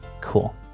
Cool